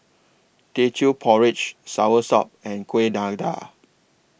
Teochew Porridge Soursop and Kueh Dadar